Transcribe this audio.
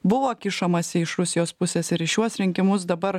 buvo kišamasi iš rusijos pusės ir į šiuos rinkimus dabar